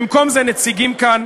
במקום זה נציגים כאן